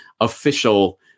official